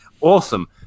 awesome